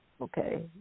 Okay